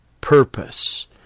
purpose